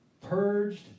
Purged